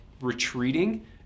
retreating